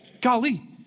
Golly